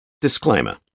Disclaimer